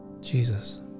Jesus